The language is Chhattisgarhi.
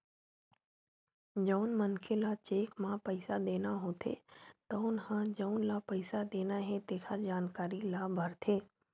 जउन मनखे ल चेक म पइसा देना होथे तउन ह जउन ल पइसा देना हे तेखर जानकारी ल भरथे